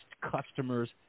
customers